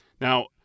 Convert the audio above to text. Now